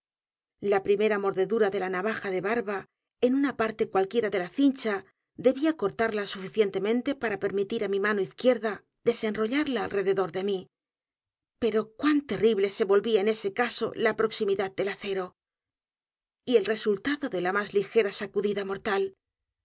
u r a de la navaja de barba en una p a r t e cualquiera de la cineha debía cortarla suficientemente para permitir á mi mano izquierda desenrollarla alrededor de mí p e r o cuan terrible se volvía en ese caso la proximidad del acero y el resultado de la más ligera sacudida